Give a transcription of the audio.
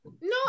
No